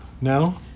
No